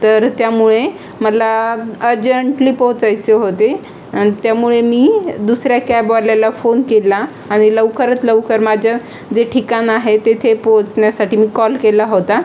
तर त्यामुळे मला अर्जंटली पोहोचायचे होते आणि त्यामुळे मी दुसऱ्या कॅबवाल्याला फोन केला आणि लवकरात लवकर माझ्या जे ठिकाण आहे तेथे पोहोचण्यासाठी मी कॉल केला होता